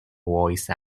voice